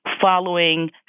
following